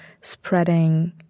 spreading